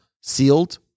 sealed